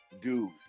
dude